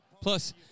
Plus